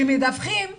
שמדווחים ולמה?